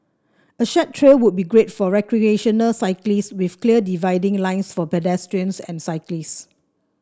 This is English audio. a shared trail would be great for recreational cyclists with clear dividing lines for pedestrians and cyclists